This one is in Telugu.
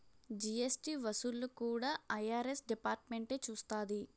జీఎస్టీ వసూళ్లు కూడా ఐ.ఆర్.ఎస్ డిపార్ట్మెంటే చూస్తాది